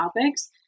topics